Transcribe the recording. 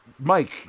Mike